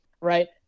right